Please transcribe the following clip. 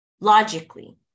logically